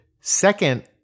Second